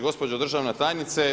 Gospođo državna tajnice.